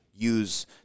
use